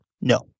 no